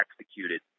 executed